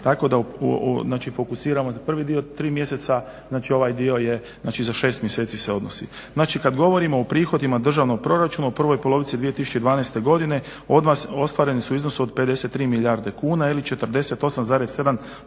tako da fokusiramo prvi dio tri mjeseca, znači ovaj dio se odnosi za 6 mjeseci. Znači kad govorimo o prihodima državnog proračuna u prvoj polovici 2012. godine ostvareni su u iznosu od 53 milijarde kuna ili 48,7% godišnjeg